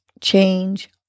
change